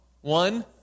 One